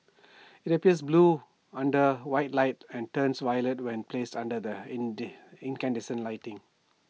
IT appears blue under white light and turns violet when placed under their incandescent lighting